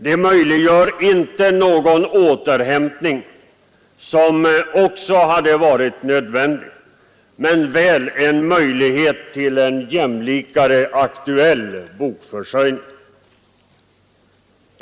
Det möjliggör inte någon återhämtning, som också hade varit nödvändig, men väl en möjlighet till en jämlikare aktuell bokförsörjning.